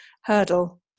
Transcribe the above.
hurdle